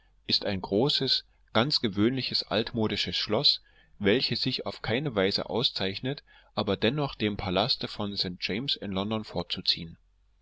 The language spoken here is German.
ist ein großes ganz gewöhnliches altmodisches schloß welches sich auf keine weise auszeichnet aber dennoch dem palaste von st james in london vorzuziehen